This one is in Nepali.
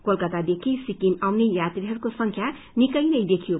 कोलकत्तादेखि सिकिम आउने यात्रीहरूको संख्या निकै नै देखियो